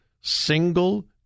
single